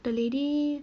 the lady